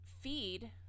feed